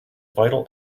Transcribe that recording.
vital